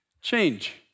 change